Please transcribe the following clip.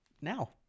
now